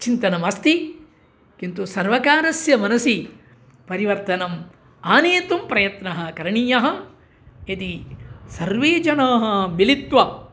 चिन्तनमस्ति किन्तु सर्वकारस्य मनसि परिवर्तनम् आनेतुं प्रयत्नः करणीयः यदि सर्वे जनाः मिलित्वा